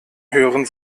hören